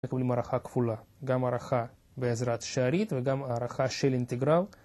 מקבלים ערכה כפולה, גם ערכה בעזרת שארית וגם ערכה של אינטגרל.